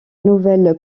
nouvelle